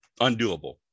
undoable